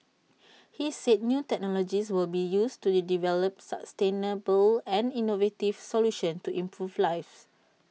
he said new technologies will be used to develop sustainable and innovative solutions to improve lives